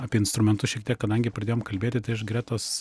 apie instrumentus šiek tiek kadangi pradėjom kalbėti tai aš gretos